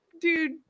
dude